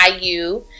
IU